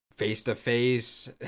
face-to-face